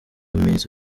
bimenyetso